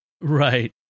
Right